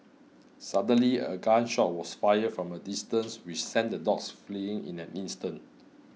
suddenly a gun shot was fired from a distance which sent the dogs fleeing in an instant